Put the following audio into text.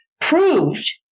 proved